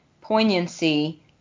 poignancy